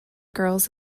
girls